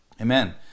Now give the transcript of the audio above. Amen